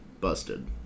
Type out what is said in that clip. busted